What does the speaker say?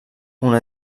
una